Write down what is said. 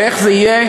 ואיך זה יהיה?